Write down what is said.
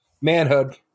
manhood